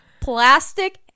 Plastic